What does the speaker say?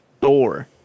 Thor